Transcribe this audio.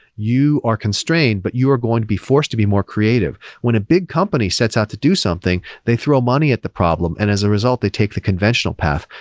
you are constraint, but you are going to be forced to be more creative. when a big company sets out to do something, they throw money at the problem, and as a result they take the conventional path.